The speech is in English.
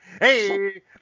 Hey